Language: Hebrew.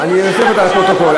אני אוסיף אותך לפרוטוקול.